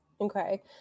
Okay